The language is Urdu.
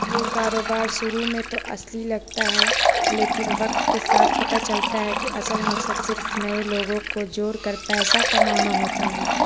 یہ کاروبار شروع میں تو اصلی لگتا ہے لیکن وقت کے ساتھ پتہ چلتا ہے کہ اصل مقصد صرف نئے لوگوں کو جوڑ کر پیسہ کمانا ہوتا ہے